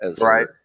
Right